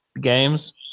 games